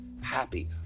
happy